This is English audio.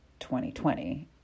2020